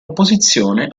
opposizione